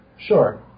Sure